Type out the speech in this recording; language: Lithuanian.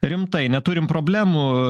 rimtai neturim problemų